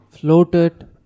floated